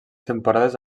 temporades